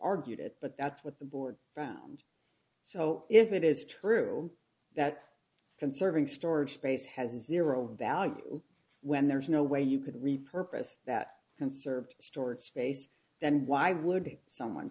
argued it but that's what the board found so if it is true that conserving storage space has zero value when there's no way you could repurpose that conserved storage space then why would someone